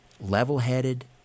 level-headed